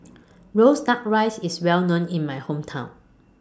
Roasted Duck Rice IS Well known in My Hometown